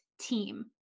team